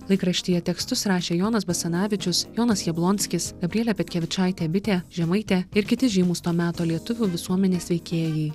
laikraštyje tekstus rašė jonas basanavičius jonas jablonskis gabrielė petkevičaitė bitė žemaitė ir kiti žymūs to meto lietuvių visuomenės veikėjai